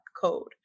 code